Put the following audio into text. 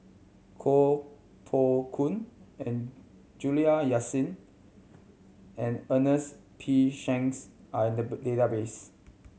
Koh Poh Koon and Juliana Yasin and Ernest P Shanks are in the database